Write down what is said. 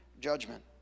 judgment